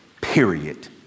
period